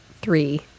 three